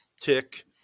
tick